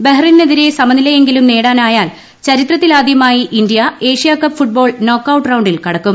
ബഹ്റൈനെതിരെ സമനില യെങ്കിലും നേടാനായാൽ ചരിത്രത്തിലാദ്യമായി India Asia cup football knockout റൌണ്ടിൽ കടക്കും